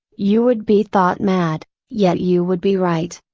you would be thought mad, yet you would be right.